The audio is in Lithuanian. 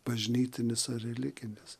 bažnytinis ar religinis